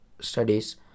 studies